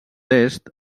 est